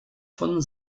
von